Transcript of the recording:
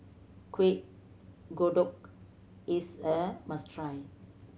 Kueh Kodok is a must try